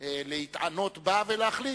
להתענות בה ולהחליט.